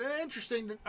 interesting